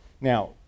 now